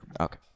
Okay